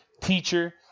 teacher